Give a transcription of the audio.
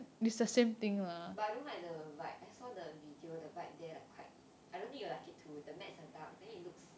but I don't like the vibe I saw the video the vibe there like quite I don't think you will like it too the mats are dark then it looks